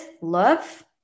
love